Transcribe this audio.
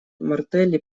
мартелли